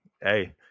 hey